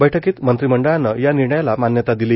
बैठकीत मंत्रिमंडळानं या निर्णयाला मान्यता दिली